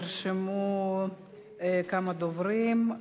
נרשמו כמה דוברים.